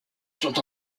sont